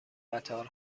قطار